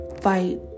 fight